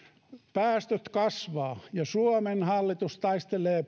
päästöt kasvavat ja suomen hallitus taistelee